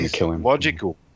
logical